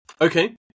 okay